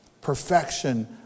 Perfection